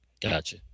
Gotcha